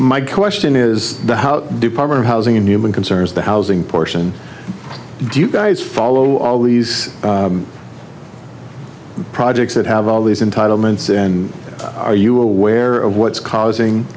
my question is the how department of housing and human concerns the housing portion do you guys follow all these projects that have all these entitlements and are you aware of what's causing